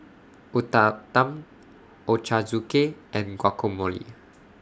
Uthapam Ochazuke and Guacamole